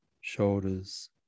shoulders